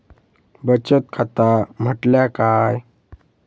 बचत खाता म्हटल्या काय?